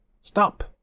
Stop